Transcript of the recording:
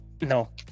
No